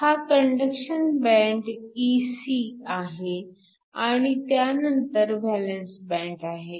हा conduction band Ec आहे आणि त्यानंतर व्हॅलन्स बँड आहे